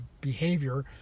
behavior